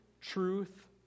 truth